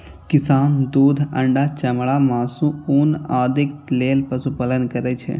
किसान दूध, अंडा, चमड़ा, मासु, ऊन आदिक लेल पशुपालन करै छै